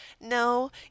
no